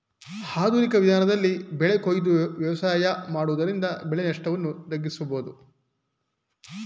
ಆಧುನಿಕ ವಿಧಾನದಲ್ಲಿ ಬೆಳೆ ಕೊಯ್ದು ವ್ಯವಸಾಯ ಮಾಡುವುದರಿಂದ ಬೆಳೆ ನಷ್ಟವನ್ನು ತಗ್ಗಿಸಬೋದು